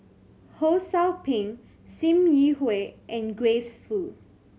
Ho Sou Ping Sim Yi Hui and Grace Fu